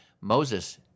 Moses